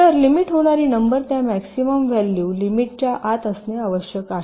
तर लिमिट होणारी नंबर त्या मॅक्सिमम व्हॅल्यू लिमिट च्या आत असणे आवश्यक आहे